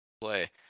play